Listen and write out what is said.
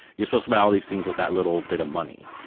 you're supposed to buy all these things with that little bit of money.